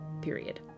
Period